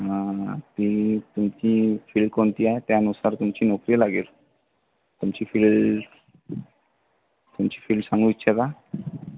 हा ती तुमची फील्ड कोणती आहे त्यानुसार तुमची नोकरी लागेल तुमची फील्ड तुमची फील्ड सांगू इच्छिता